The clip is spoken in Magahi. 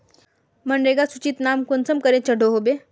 मनरेगा सूचित नाम कुंसम करे चढ़ो होबे?